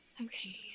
Okay